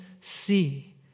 see